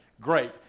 great